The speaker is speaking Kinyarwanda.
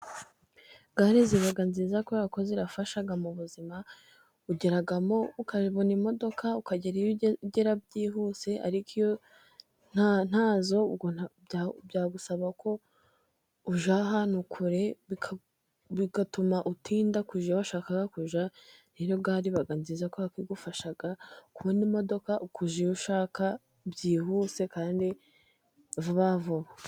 Gare ziba nziza kubera ko zirafasha mu buzima. Ugeramo ukabona imodoka ukagera iyo ugera byihuse, ariko iyo ntazo ubwo byagusaba ko ujya ahantu kure, bigatuma utinda kujya aho washakaga kujya. Rero gare iba nziza kubera ko idufasha kubona imodoka, ukajya iyo ushaka byihuse kandi vuba vuba.